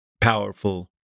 powerful